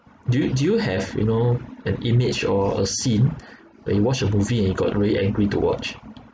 do you do you have you know an image or a scene when you watch a movie and you got really angry to watch